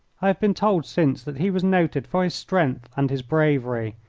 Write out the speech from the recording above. have been told since that he was noted for his strength and his bravery,